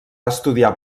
estudiar